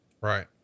Right